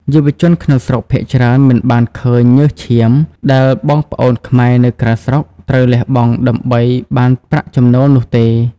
យុវជនក្នុងស្រុកភាគច្រើនមិនបានឃើញ "ញើសឈាម" ដែលបងប្អូនខ្មែរនៅក្រៅស្រុកត្រូវលះបង់ដើម្បីបានប្រាក់ចំណូលនោះទេ។